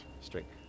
Strength